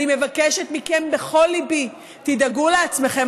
אני מבקשת מכם בכל ליבי: תדאגו לעצמכם.